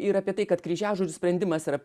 ir apie tai kad kryžiažodžių sprendimas yra